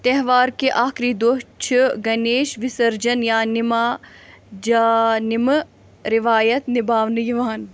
تہوار کہِ آخری دۄہ چھُ گَنیش وِسرجَن یا نِماجَانِمہٕ رِواتھ نِبھاونہٕ یِوان